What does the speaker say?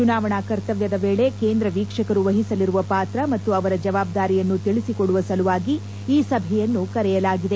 ಚುನಾವಣಾ ಕರ್ತವ್ಯದ ವೇಳಿ ಕೇಂದ್ರ ವೀಕ್ಷಕರು ವಹಿಸಲಿರುವ ಪಾತ್ರ ಮತ್ತು ಅವರ ಜವಾಬ್ದಾರಿಯನ್ನು ತಿಳಿಸಿಕೊಡುವ ಸಲುವಾಗಿ ಈ ಸಭೆಯನ್ನು ಕರೆಯಲಾಗಿದೆ